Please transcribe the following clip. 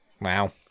Wow